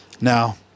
Now